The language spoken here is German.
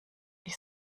ich